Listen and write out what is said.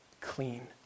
clean